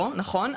לא, נכון.